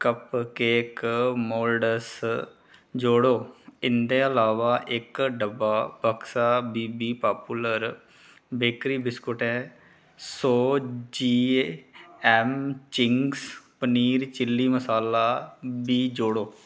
cup cake मोड्स जोड़ो इं'दे इलावा इक डब्बा बक्सा बीबी पॉपूलर बेकरी बिस्कुटें सौ G M Ching's paneer chilli masala बी जोड़ो